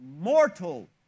mortal